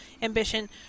Ambition